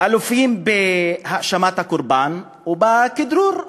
אלופות בהאשמת הקורבן ובכדרור,